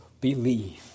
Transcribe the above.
believe